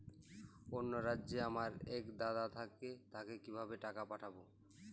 অন্য রাজ্যে আমার এক দাদা থাকে তাকে কিভাবে টাকা পাঠাবো?